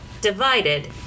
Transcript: divided